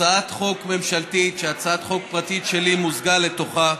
הצעת חוק ממשלתית שהצעת חוק פרטית שלי מוזגה לתוכה,